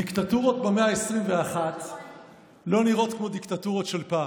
"דיקטטורות במאה ה-21 לא נראות כמו דיקטטורות של פעם.